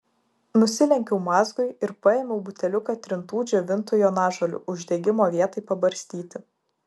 nusilenkiau mazgui ir paėmiau buteliuką trintų džiovintų jonažolių uždegimo vietai pabarstyti